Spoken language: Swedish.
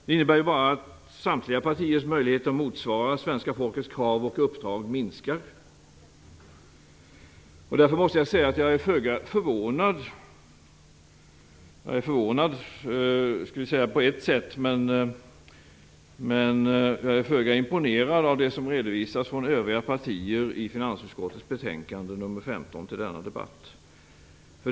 Det innebär att samtliga partiers möjlighet att motsvara svenska folkets krav och utföra dess uppdrag minskar. Jag är på ett sätt förvånad, men jag är föga imponerad av det som redovisas från övriga partier i finansutskottets betänkande nr 15 till denna debatt.